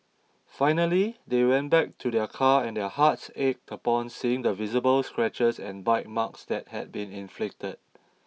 finally they went back to their car and their hearts ached upon seeing the visible scratches and bite marks that had been inflicted